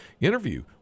interview